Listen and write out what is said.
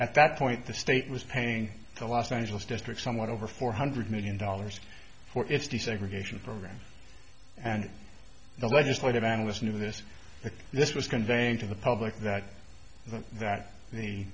at that point the state was paying the los angeles district somewhat over four hundred million dollars for its desegregation program and the legislative analyst's knew this this was conveying to the public that the that the